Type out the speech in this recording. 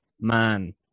man